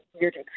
weird